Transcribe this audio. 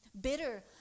bitter